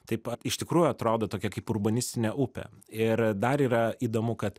taip iš tikrųjų atrodo tokia kaip urbanistinė upė ir dar yra įdomu kad